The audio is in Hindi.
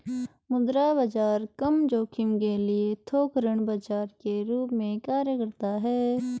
मुद्रा बाजार कम जोखिम के लिए थोक ऋण बाजार के रूप में कार्य करता हैं